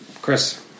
Chris